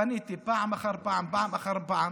פניתי פעם אחר פעם, פעם אחר פעם: